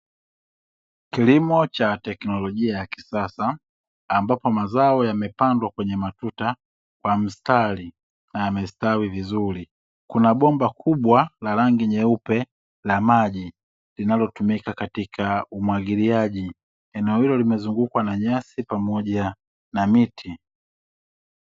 Kilimo cha teknolojia ya kisasa, ambapo mazao yamepandwa kwenye matuta kwa mstari na yamestawi vizuri kuna bomba kubwa la rangi nyeupe la maji, linalotumika katika umwagiliaji eneo hilo limezungukwa na nyasi pamoja na miti.